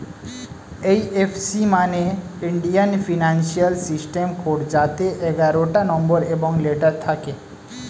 এই F C মানে Indian financial system code যাতে এগারোটা নম্বর এবং লেটার থাকে